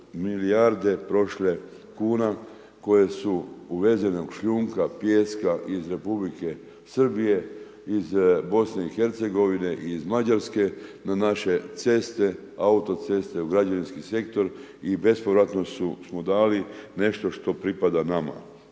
milijarde prošle kuna koje su uvezenog šljunka, pijeska iz Republike Srbije, iz BIH i iz Mađarske na naše ceste, autoceste, u građevinski sektor i bespovratno su mu dali nešto što pripada nama.